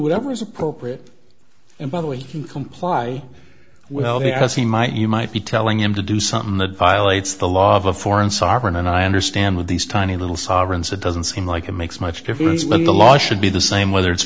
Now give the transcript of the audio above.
whatever is appropriate and by the way he can comply well he has he might you might be telling him to do something the file it's the law of a foreign sovereign and i understand what these tiny little sovereigns it doesn't seem like it makes much difference when the law should be the same whether it's